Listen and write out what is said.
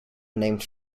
named